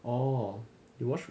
orh you watch